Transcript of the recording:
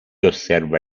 osserva